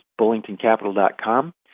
BullingtonCapital.com